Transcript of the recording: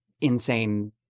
insane